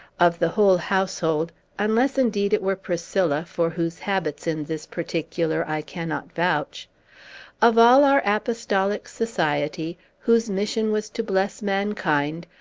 of the whole household unless, indeed, it were priscilla, for whose habits, in this particular, i cannot vouch of all our apostolic society, whose mission was to bless mankind,